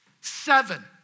Seven